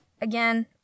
again